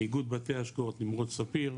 איגוד בתי ההשקעות נמרוד ספיר,